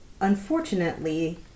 unfortunately